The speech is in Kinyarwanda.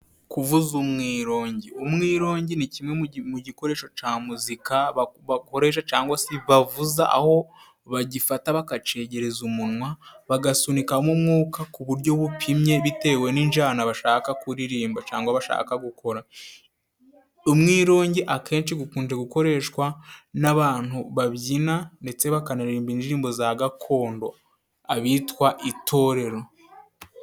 Kuvuza umwirongi: umwirongi ni kimwe mu gikoresho ca muzika bakoresha cangwa se bavuza aho bagifata bakacegereza umunwa bagasunikamo umwuka ku buryo bupimye bitewe n'injana bashaka kuririmba cangwa bashaka gukora. Umwironge akenshi gukunze gukoreshwa n'abantu babyina ndetse bakanaririmba indirimbo za gakondo. Abitwa itorero.